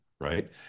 Right